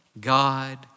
God